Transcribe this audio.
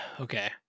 Okay